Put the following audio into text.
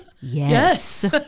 yes